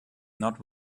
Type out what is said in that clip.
not